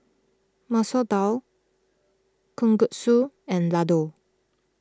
Masoor Dal Kalguksu and Ladoo